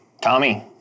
Tommy